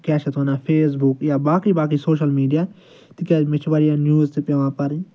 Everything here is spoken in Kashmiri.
کیٚاہ چھِ اتھ ونان فیس بُک یا باقٕے باقٕے سوشل میٖڈیا تِکیٚازِ مےٚ چھُ واریاہ نِوٕز تہِ پٮ۪وان پرٕنۍ